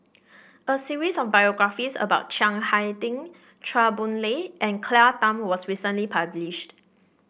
a series of biographies about Chiang Hai Ding Chua Boon Lay and Claire Tham was recently published